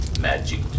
magic